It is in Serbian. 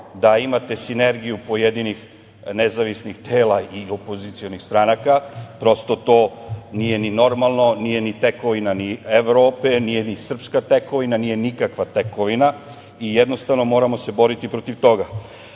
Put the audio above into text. da imate energiju pojedinih nezavisnih tela i opozicionih stranaka, prosto to nije ni normalno, nije ni tekovina Evrope, nije ni srpska tekovina, nije nikakva tekovina i jednostavno moramo se boriti protiv toga.